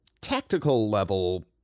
tactical-level